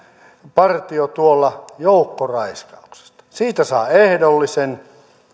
partio tuolla joukkoraiskauksesta siitä saa ehdollisen